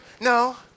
No